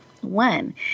One